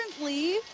currently